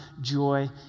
joy